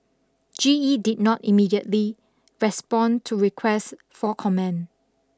G E did not immediately respond to requests for comment